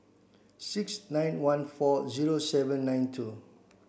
six nine one four zero seven nine two